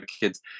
kids